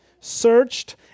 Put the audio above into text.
searched